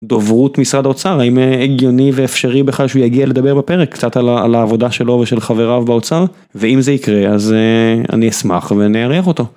דוברות משרד האוצר האם הגיוני ואפשרי בכלל שהוא יגיע לדבר בפרק קצת על העבודה שלו ושל חבריו באוצר ואם זה יקרה אז אני אשמח ואני אארח אותו.